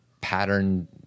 pattern